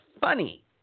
funny